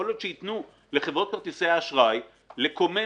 כל עוד שייתנו לחברות כרטיסי האשראי לכונן